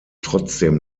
trotzdem